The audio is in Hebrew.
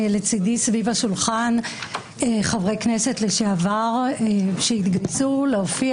לצדי סביב השולחן חברי כנסת לשעבר שהתגייסו להופיע